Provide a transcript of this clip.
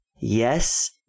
yes